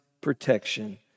protection